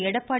Edappadi